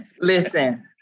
Listen